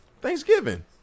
Thanksgiving